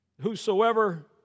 Whosoever